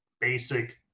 basic